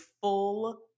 full